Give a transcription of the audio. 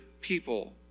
people